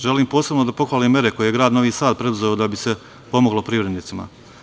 Želim posebno da pohvalim mere koje je grad Novi Sad preuzeo da bi se pomoglo privrednicima.